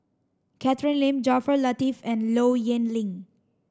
Catherine Lim Jaafar Latiff and Low Yen Ling